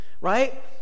right